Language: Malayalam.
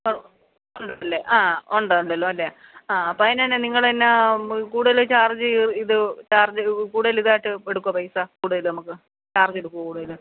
ഓ ഉണ്ടുണ്ടല്ലേ ആ ഉണ്ട് ഉണ്ടല്ലോ അല്ലേ ആ അപ്പം അതിന് എന്നാ നിങ്ങൾ എന്നാ കൂടുതൽ ചാര്ജ് ചെയ്യുമോ ഇത് ചാര്ജ് ഒരു കൂടുതൽ ഇതായിട്ട് എടുക്കുമോ പൈസ കൂടുതൽ നമുക്ക് ചാര്ജ് എടുക്കുമോ കൂടുതൽ